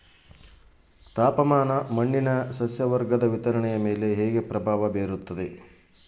ತಾಪಮಾನ ಮಣ್ಣಿನ ಸಸ್ಯವರ್ಗದ ವಿತರಣೆಯ ಮೇಲೆ ಹೇಗೆ ಪ್ರಭಾವ ಬೇರುತ್ತದೆ?